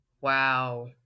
Wow